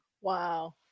Wow